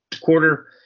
quarter